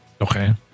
Okay